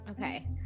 Okay